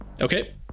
okay